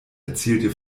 erzielte